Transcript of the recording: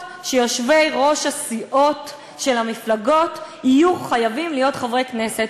שיושבי-ראש הסיעות של המפלגות יהיו חייבים להיות חברי כנסת.